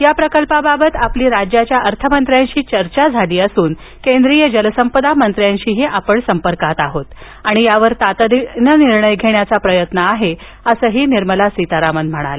या प्रकल्पाबाबत आपलं राज्याच्या अर्थमंत्र्यांशी चर्चा झाली असून केंद्रीय जलसंपदा मंत्र्यांशीही आपण संपर्कात आहोत आणि यावर तातडीनं निर्णय घेण्याचा प्रयत्न असल्याचं त्यांनी सांगितलं